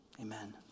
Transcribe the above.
Amen